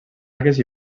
algues